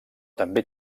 també